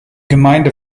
gemeinde